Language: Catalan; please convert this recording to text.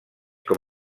com